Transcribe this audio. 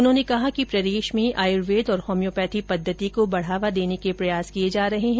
उन्होंने कहा कि प्रदेश में आयुर्वेद और हौम्योपेथी पद्वति को बढावा देने के प्रयास किये जा रहे है